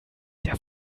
der